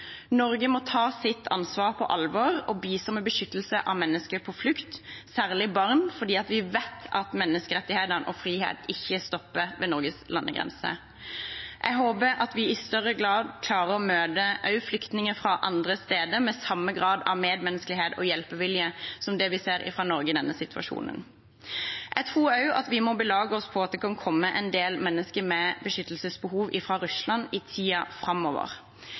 Norge må ta sitt ansvar på alvor og bistå med beskyttelse av mennesker på flukt, særlig barn, fordi vi vet at menneskerettighetene og friheten ikke stopper ved Norges landegrenser. Jeg håper at vi i større grad klarer å møte flyktninger fra andre steder med samme grad av medmenneskelighet og hjelpevilje som vi ser fra Norge i denne situasjonen. Jeg tror også at vi må belage oss på at det kan komme en del mennesker med beskyttelsesbehov fra Russland i tiden framover.